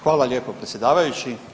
Hvala lijepo predsjedavajući.